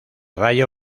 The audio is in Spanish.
rayo